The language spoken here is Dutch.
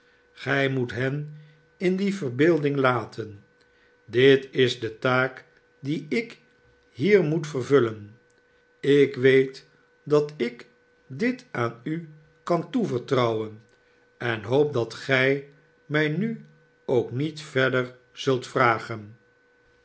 gij moet hen in die verbeelding laten dit is de taak die ik hier moet vervullen ik weet dat ik dit aan u kan toevertrouwen en hoop dat gij mij nu ook niet verder zult vragen